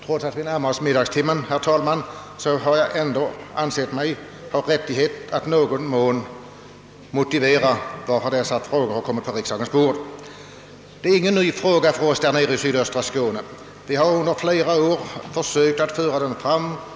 Trots att vi närmar oss middagstimmen har jag ändå ansett mig ha rättighet att i någon mån motivera varför denna fråga kommit på riksdagens bord. Det är ingen ny fråga för oss där nere i sydöstra Skåne. Vi har under flera år. försökt att föra den framåt.